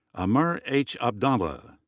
amar h. abdallah.